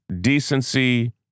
decency